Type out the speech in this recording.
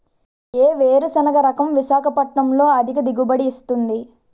ఏ వేరుసెనగ రకం విశాఖపట్నం లో అధిక దిగుబడి ఇస్తుంది?